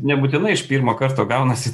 nebūtinai iš pirmo karto gaunasi